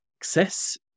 access